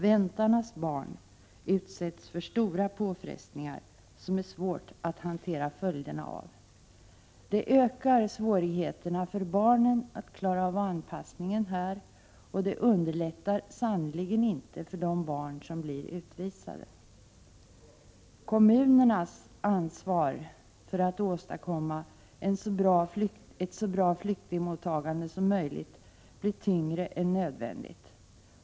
Väntarnas barn utsätts för stora påfrestningar, vilkas följder är svåra att hantera. Detta ökar svårigheterna för barnen att klara av anpassningen här, och det underlättar sannerligen inte för de barn som blir utvisade. Kommunernas ansvar för att åstadkomma ett så bra flyktingmottagande som möjligt blir tyngre än nödvändigt.